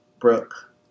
Brooke